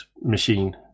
machine